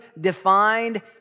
defined